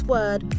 Word